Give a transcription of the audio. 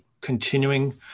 Continuing